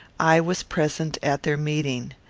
i was present at their meeting.